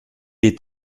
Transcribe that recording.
est